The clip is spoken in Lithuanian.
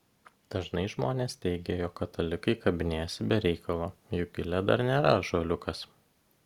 dažnai žmonės teigia jog katalikai kabinėjasi be reikalo juk gilė dar nėra ąžuoliukas